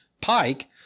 Pike